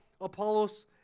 Apollos